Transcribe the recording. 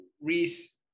Reese